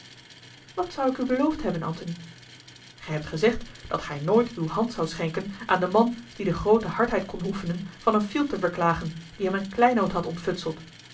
wat zou ik u beloofd hebben antony gij hebt gezegd dat gij nooit uwe hand zoudt schenken aan den man die de groote hardheid kon oefenen van een field te verklagen die hem een kleinood had ontfutseld